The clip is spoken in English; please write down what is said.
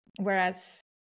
Whereas